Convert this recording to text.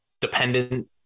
dependent